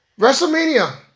WrestleMania